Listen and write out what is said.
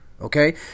okay